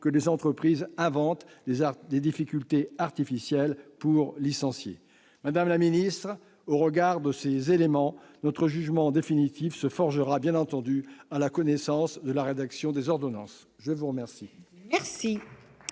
que des entreprises n'inventent des difficultés artificielles pour licencier. Madame la ministre, au regard de ces éléments, notre jugement définitif se forgera lorsque nous prendrons connaissance de la rédaction des ordonnances. La parole